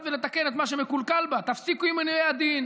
ולתקן את מה שמקולקל בה: תפסיקו עם עינויי הדין,